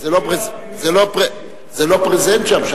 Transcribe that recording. זה לא ברזנט שם.